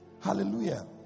Hallelujah